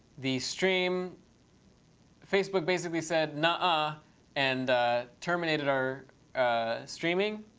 the stream facebook basically said, nuh-uh ah and terminated our streaming.